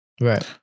Right